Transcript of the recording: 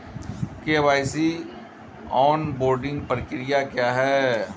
KYC onboarding प्रक्रिया क्या है?